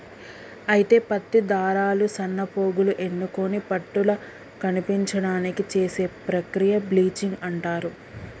అయితే పత్తి దారాలు సన్నపోగులు ఎన్నుకొని పట్టుల కనిపించడానికి చేసే ప్రక్రియ బ్లీచింగ్ అంటారు